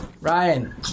Ryan